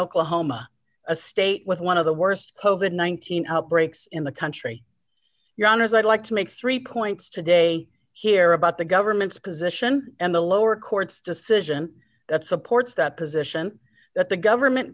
oklahoma a state with one of the worst than one thousand up breaks in the country your honors i'd like to make three points today here about the government's position and the lower court's decision that supports that position that the government